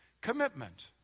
Commitment